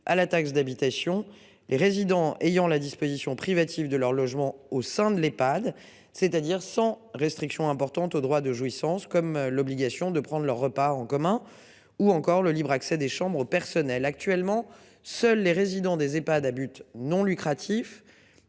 à la taxe d'habitation, les résidents ayant la disposition privative de leur logement au sein de l'Epad, c'est-à-dire sans restrictions importantes au droit de jouissance comme l'obligation de prendre leurs repas en commun ou encore le libre accès des chambres personnel actuellement seuls les résidents des Ehpad à but non lucratif